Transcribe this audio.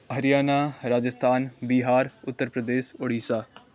Haryana Rajasthan Bihar Uttar Pradesh Odisha